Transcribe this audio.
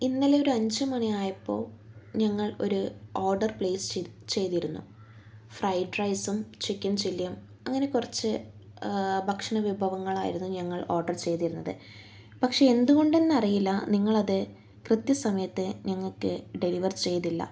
ഇന്നലെ ഒരു അഞ്ചു മണിയായപ്പോൾ ഞങ്ങൾ ഒരു ഓർഡർ പ്ലെസ്സ് ചെയ്തിരുന്നു ഫ്രൈഡ്രൈസും ചിക്കൻ ചില്ലിയും അങ്ങനെ കുറച്ച് ഭക്ഷണവിഭവങ്ങൾ ആയിരുന്നു ഞങ്ങൾ ഓർഡർ ചെയ്തിരുന്നത് പക്ഷേ എന്തുകൊണ്ടെന്ന് അറിയില്ല നിങ്ങൾ അത് കൃത്യസമയത്ത് ഞങ്ങൾക്ക് ഡെലിവർ ചെയ്തില്ല